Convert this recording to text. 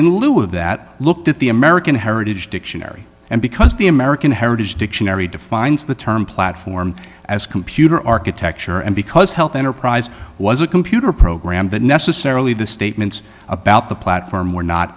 of that looked at the american heritage dictionary and because the american heritage dictionary defines the term platform as computer architecture and because health enterprise was a computer program that necessarily the statements about the platform were not